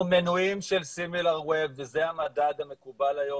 אנחנו מנויים של סימילר ווב וזה המדד המקובל היום